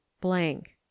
blank